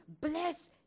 bless